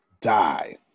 die